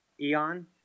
eon